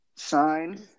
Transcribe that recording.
sign